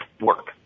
work